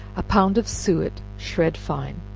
a pound of suet shred fine,